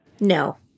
No